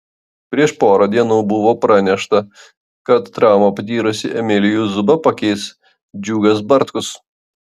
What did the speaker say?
prieš porą dienų buvo pranešta kad traumą patyrusį emilijų zubą pakeis džiugas bartkus